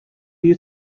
you